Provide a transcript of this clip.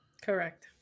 Correct